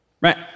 right